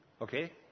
Okay